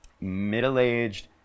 middle-aged